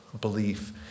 belief